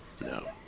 no